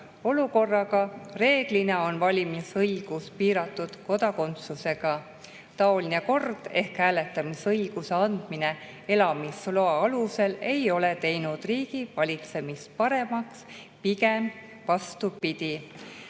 olukorraga. Reeglina on valimisõigus piiratud kodakondsusega. Taoline kord ehk hääletamisõiguse andmine elamisloa alusel ei ole teinud riigi valitsemist paremaks, pigem vastupidi.